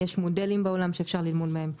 יש מודלים בעולם שאפשר ללמוד מהם.